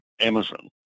Amazon